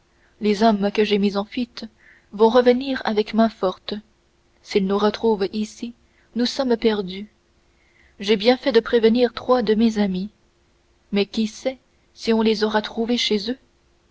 les hommes que j'ai mis en fuite vont revenir avec main-forte s'ils nous retrouvent ici nous sommes perdus j'ai bien fait prévenir trois de mes amis mais qui sait si on les aura trouvés chez eux